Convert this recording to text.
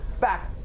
back